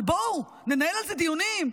אבל בואו ננהל על זה דיונים,